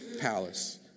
palace